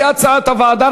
כהצעת הוועדה.